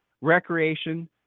recreation